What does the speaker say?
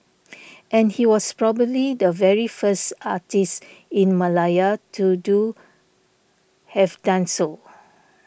and he was probably the very first artist in Malaya to do have done so